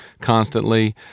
constantly